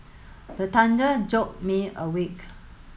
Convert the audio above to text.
the thunder jolt me awake